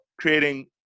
creating